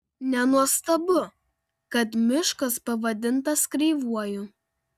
nenuostabu kad miškas pavadintas kreivuoju